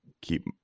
keep